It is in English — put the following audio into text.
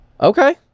Okay